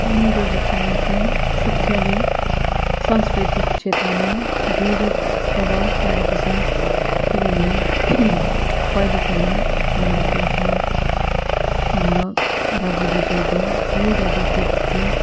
मेरो बिचारमा चाहिँ शिक्षाले सांस्कृतिक क्षेत्रमा धेरै प्रभाव पारेको छ किनभने पहिले पहिले हाम्रो पुर्खा हाम्रो बाजे बोजूहरूले त्यही रीतिथिती